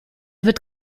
wird